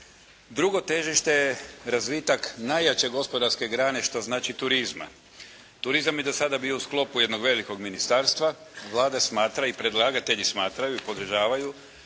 Drugo težište je razvitak najjače gospodarske grane, što znači turizma. Turizam je do sada bio u sklopu jednog velikog ministarstva, Vlada smatra i predlagatelji smatraju i podržavaju